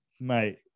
mate